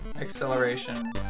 acceleration